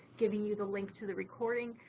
giving you the link to the recording.